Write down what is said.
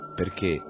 perché